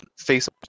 Facebook